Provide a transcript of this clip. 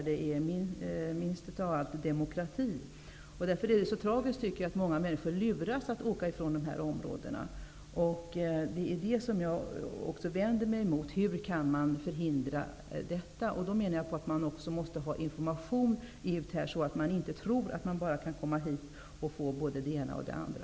Det är mycket tragiskt att människor luras att åka ifrån dessa områden. Jag vänder mig emot det och frågar: Hur kan man förhindra detta? Jag menar också att man måste få ut information, så att ingen tror att det bara är att komma hit till Sverige för att få både det ena och det andra.